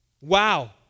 Wow